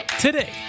Today